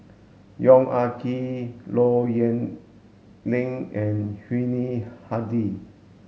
Yong Ah Kee Low Yen Ling and Yuni Hadi